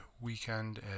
weekend